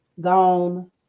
gone